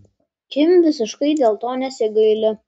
kim visiškai dėl to nesigaili